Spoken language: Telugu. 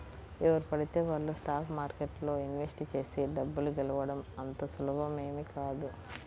ఎవరు పడితే వాళ్ళు స్టాక్ మార్కెట్లో ఇన్వెస్ట్ చేసి డబ్బు గెలవడం అంత సులువేమీ కాదు